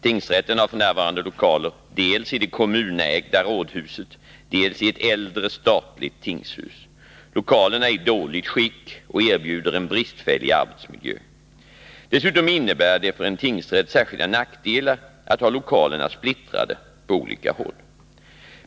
Tingsrätten har f. n. lokaler dels i det kommunägda rådhuset, dels i ett äldre, statligt tingshus. Lokalerna är i dåligt skick och erbjuder en bristfällig arbetsmiljö. Dessutom innebär det för en tingsrätt särskilda nackdelar att ha lokalerna splittrade på olika håll.